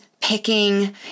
picking